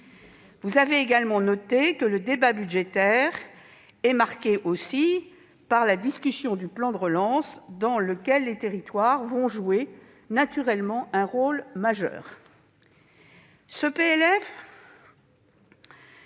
Vous avez également noté que le débat budgétaire était marqué par la discussion du plan de relance, dans lequel les territoires vont naturellement jouer un rôle majeur. En ce